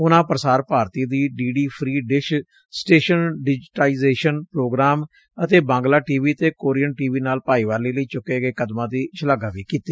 ਉਨਾਂ ਪੁਸਾਰ ਭਾਰਤੀ ਦੀ D D free dish station digitization programme ਅਤੇ ਬਾਂਗਲਾਂ ਟੀ ਵੀ ਅਤੇ ਕੋਰੀਅਨ ਟੀ ਵੀ ਨਾਲ ਭਾਈਵਾਲੀ ਲਈ ਚੁੱਕੇ ਗਏ ਕਦਮਾ ਦੀ ਸ਼ਲਾਘਾ ਵੀ ਕੀਤੀ